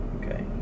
Okay